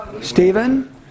Stephen